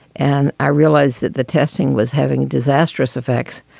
and i realized that the testing was having disastrous effects,